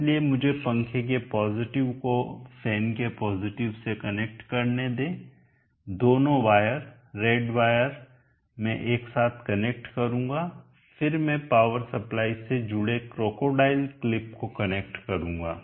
इसलिए मुझे पंखे के पॉजिटिव को फैन के पॉजिटिव से कनेक्ट करने दे दोनों वायर रेड वायर मैं एक साथ कनेक्ट करूंगा फिर मैं पावर सप्लाई से जुड़े क्रोकोडाइल क्लिप को कनेक्ट करूंगा